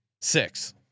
Six